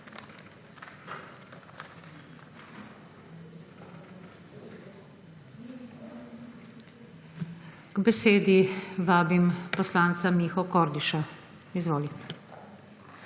K besedi vabim poslanca Miho Kordiša. Izvoli.